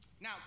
Now